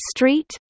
Street